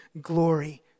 glory